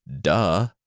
Duh